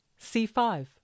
c5